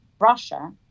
Russia